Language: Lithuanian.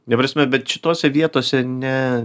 ta prasme bet šitose vietose ne